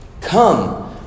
Come